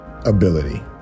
ability